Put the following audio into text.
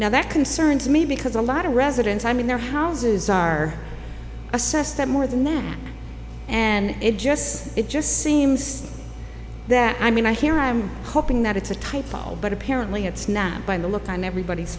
now that concerns me because a lot of residents i mean their houses are assessed at more than that and it just it just seems that i mean i hear i'm hoping that it's a title but apparently it's not by the look on everybody's